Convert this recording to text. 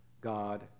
God